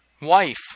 wife